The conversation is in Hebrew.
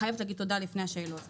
אני חייבת להגיד תודה לפני השאלות.